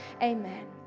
Amen